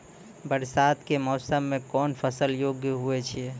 बरसात के मौसम मे कौन फसल योग्य हुई थी?